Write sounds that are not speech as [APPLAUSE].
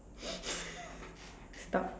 [BREATH] stop